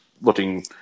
looking